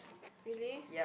really